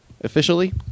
officially